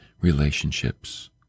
relationships